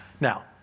Now